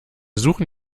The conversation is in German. suchen